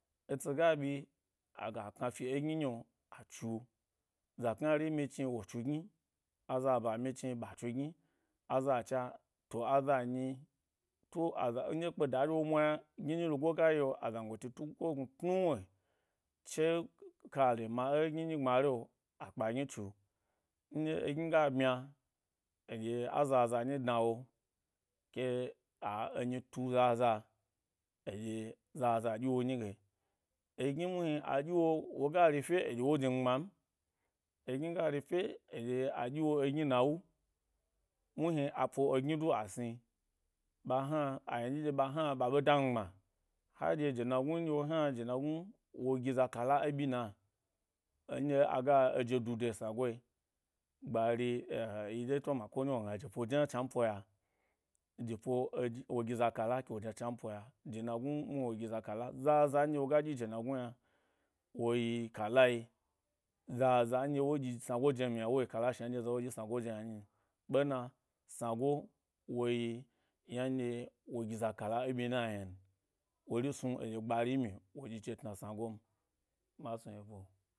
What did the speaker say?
Etsi ga ɓyi aga kna fi e gni nyi’o a tsu za knari nyichni wo tsu gni aza ɓa mychni ɓa tsu gni, azacha, lo aza nyi, tse azo nɗye kpata nɗye wo mwa yna gninyi liyo ga yeo, azangoli gnu tnu wni che kare ma egni nyi gbma ri’o akpa’gni tsu, nɗye egni ga ɓmya eɗye-a zaza nyi dwa wo ke a eryi tu zaza eɗye zaza ɗyi wo nyige egni muhni a ɗyiwo woga ri fye eɗye wo jnigbma m, egni ga ri fye eɗye aɗyi wo egni nawu michni a po egni da asni, ɓa hna a ynadyi nɗye ɓa hna ɓa ɓe damigɓma. Haɗye jenagnu nɗye wo hna jena gnu, wo giza kala e ɓyi na enɗye aga eje du de sna goe, gbari eh yi ɗye toma konyi urogna jepo jna chnanpo ya, jepo eh wo gi za kala kewo jna chnan po ya, jena gnu nuhni wo giza kalla, za’za’ ndye wogi dyi jena gnu yna wo yi kallayi zaza nɗye wo ɗyi snago jem yna wo yi kalla yi shna nɗye zawo ɗyi snago je yna nyim, ɓena, snago wogi yna nɗye wo giza kalla e ɓyina ena n wori snu eɗye gbari myi wo ɗyi je tna sna gom, ma snu ye bo.